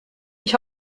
ich